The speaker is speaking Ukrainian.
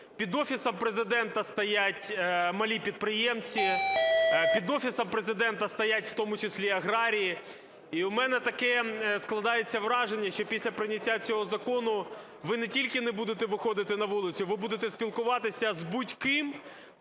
Під Офісом Президента стоять малі підприємці, під Офісом Президента стоять в тому числі і аграрії. І у мене таке складається враження, що після прийняття цього закону ви не тільки не будете виходити на вулицю, ви будете спілкуватися з будь-ким,